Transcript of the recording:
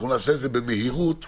ונעשה את זה במהירות וביעילות.